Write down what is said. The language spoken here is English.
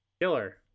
Killer